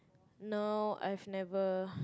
no I've never